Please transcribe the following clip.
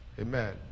Amen